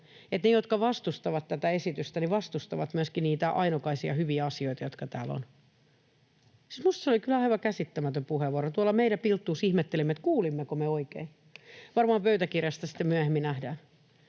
ne, jotka vastustavat tätä esitystä, vastustavat myöskin niitä ainokaisia hyviä asioita, jotka täällä ovat. Minusta se oli kyllä aivan käsittämätön puheenvuoro. Tuolla meidän pilttuussa ihmettelimme, että kuulimmeko me oikein. Varmaan pöytäkirjasta sitten myöhemmin nähdään.